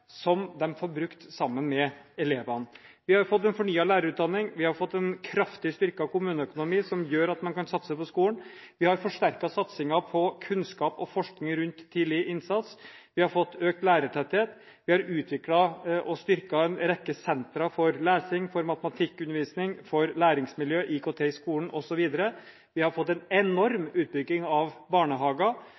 som man får brukt sammen med elevene. Vi har fått en fornyet lærerutdanning. Vi har fått en kraftig styrket kommuneøkonomi som gjør at man kan satse på skolen. Vi har forsterket satsingen på kunnskap og forskning rundt tidlig innsats. Vi har fått økt lærertetthet. Vi har utviklet og styrket en rekke sentra for lesing, for matematikkundervisning, for læringsmiljø, IKT i skolen osv. Vi har fått en enorm utvikling av barnehager.